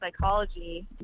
psychology